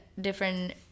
different